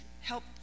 help